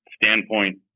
Standpoint